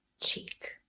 cheek